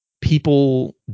People